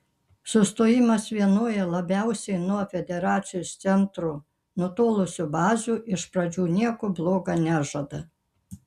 sustojimas vienoje labiausiai nuo federacijos centro nutolusių bazių iš pradžių nieko bloga nežada